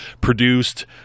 produced